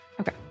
Okay